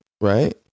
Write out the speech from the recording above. Right